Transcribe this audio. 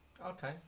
Okay